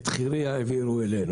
את חירייה העבירו אלינו,